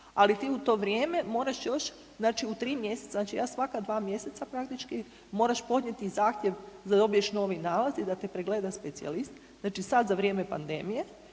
ali ti u to vrijeme moraš još u 3 mjeseca, znači ja svaka 2 mjeseca praktički, moraš podnijeti zahtjev da dobiješ novi nalaz i da te pregleda specijalist, znači sad za vrijeme pandemije